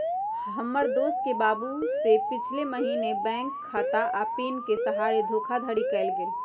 हमर दोस के बाबू से पिछले महीने बैंक खता आऽ पिन के सहारे धोखाधड़ी कएल गेल